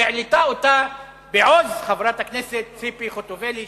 שהעלתה אותה בעוז חברת הכנסת ציפי חוטובלי,